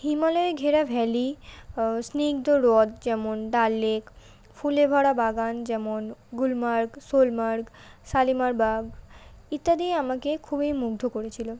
হিমালয় ঘেরা ভ্যালি স্নিগ্ধ হ্রদ যেমন ডাল লেক ফুলে ভরা বাগান যেমন গুলমার্গ সোনমার্গ শালিমার বাগ ইত্যাদি আমাকে খুবই মুগ্ধ করেছিল